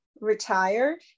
retired